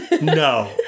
no